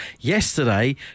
Yesterday